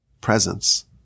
presence